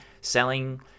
selling